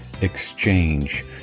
exchange